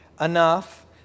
enough